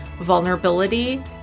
vulnerability